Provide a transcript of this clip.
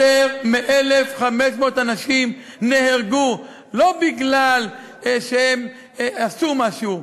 יותר מ-1,500 אנשים נהרגו לא מפני שהם עשו משהו.